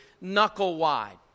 knuckle-wide